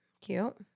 Cute